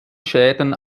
schäden